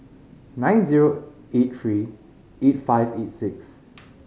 nine zero eight three eight five eight six